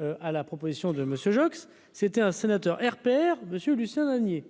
à la proposition de Monsieur Joxe, c'était un sénateur RPR Monsieur Lucien Lanier.